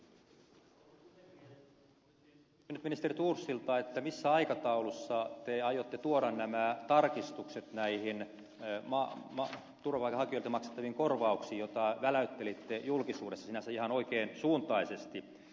olisin kysynyt ministeri thorsilta missä aikataulussa te aiotte tuoda nämä tarkistukset näihin turvapaikanhakijoille maksettaviin korvauksiin joita väläyttelitte julkisuudessa sinänsä ihan oikean suuntaisesti